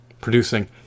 producing